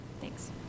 Thanks